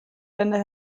länder